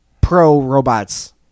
pro-robots